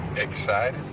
excited?